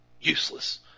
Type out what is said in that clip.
useless